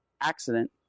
accident